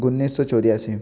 उन्नीस सौ चौरासी